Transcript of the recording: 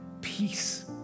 peace